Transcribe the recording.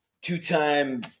Two-time